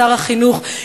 שר החינוך,